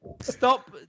Stop